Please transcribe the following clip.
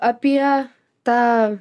apie tą